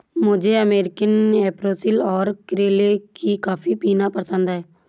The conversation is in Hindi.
मुझे अमेरिकन एस्प्रेसो और केरल की कॉफी पीना पसंद है